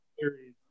series